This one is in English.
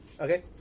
Okay